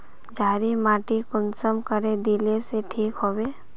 क्षारीय माटी कुंसम करे या दिले से ठीक हैबे?